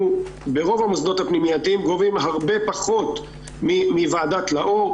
ברוב המוסדות הפנימייתיים אנחנו גובים הרבה פחות מוועדת לאור.